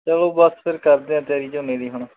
ਚਲੋ ਬਸ ਫਿਰ ਕਰਦੇ ਹਾਂ ਤਿਆਰੀ ਝੋਨੇ ਦੀ ਹੁਣ